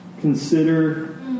consider